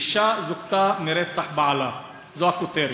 אישה זוכתה מרצח בעלה, זאת הכותרת.